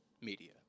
media